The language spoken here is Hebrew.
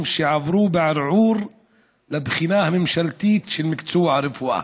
שעברו בערעור את הבחינה הממשלתית של מקצוע הרפואה